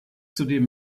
zudem